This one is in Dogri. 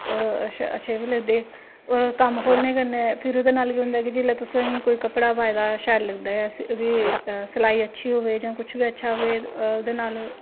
होर अच्छे बी लगदे कम्म खोलने कन्नै फिर ओह्दे नाल केह् होंदा ऐ कि जेल्लै तुसेंगी कोई कपड़ा पाए दा शैल लगदा ऐ ओह्दी सलाई अच्छी होए जां कुछ बी अच्छा होए ओह्दे नाल